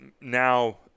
now